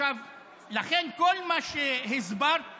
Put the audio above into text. לכן כל מה שהסברת